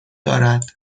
دارد